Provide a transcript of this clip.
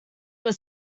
were